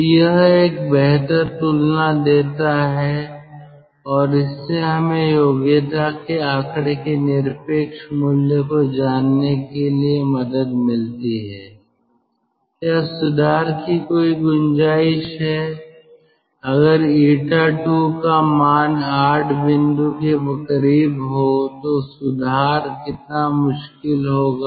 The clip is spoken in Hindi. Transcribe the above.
तो यह एक बेहतर तुलना देता है और इससे हमें योग्यता के आंकड़े के निरपेक्ष मूल्य को जानने में मदद मिलती है क्या सुधार की कोई गुंजाइश है अगर 𝜂II का मान 8 बिंदु के करीब हो तो सुधार कितना मुश्किल होगा